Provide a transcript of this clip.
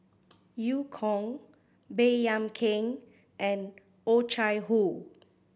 Eu Kong Baey Yam Keng and Oh Chai Hoo